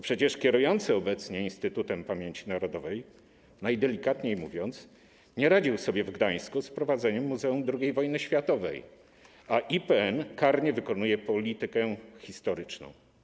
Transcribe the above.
Przecież kierujący obecnie Instytutem Pamięci Narodowej, najdelikatniej mówiąc, nie radził sobie w Gdańsku z prowadzeniem Muzeum II Wojny Światowej, a IPN karnie wykonuje politykę historyczną.